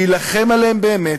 להילחם עליהם באמת,